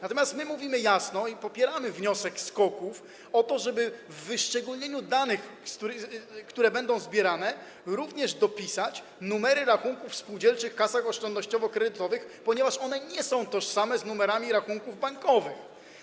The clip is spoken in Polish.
Natomiast my mówimy jasno: popieramy wniosek SKOK-ów, żeby w wyszczególnieniu danych, które będą zbierane, również dopisać numery rachunków w spółdzielczych kasach oszczędnościowo-kredytowych, ponieważ nie są one tożsame z numerami rachunków bankowych.